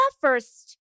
first